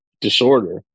disorder